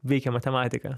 veikia matematika